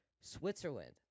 Switzerland